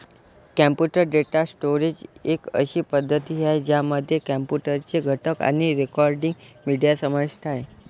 computer data storage एक अशी पद्धती आहे, ज्यामध्ये कॉम्प्युटर चे घटक आणि रेकॉर्डिंग, मीडिया समाविष्ट आहे